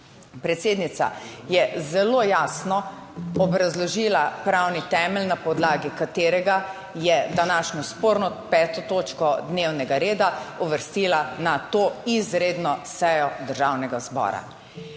Predsednica je zelo jasno obrazložila pravni temelj na podlagi katerega je današnjo sporno 5. točko dnevnega reda uvrstila na to izredno sejo državnega zbora.